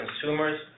consumers